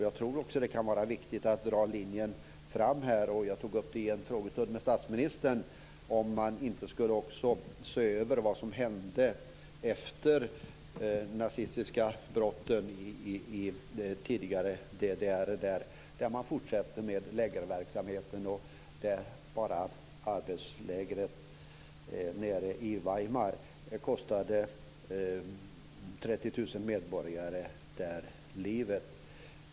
Jag tror också att det kan vara viktigt att här dra en linje framåt - jag tog upp det i en frågestund med statsministern - och se över vad som hände efter de nazistiska brotten i f.d. DDR, där man fortsatte med lägerverksamheten och där bara arbetslägret nere i Weimar kostade 30 000 medborgare livet.